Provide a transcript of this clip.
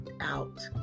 out